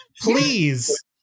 Please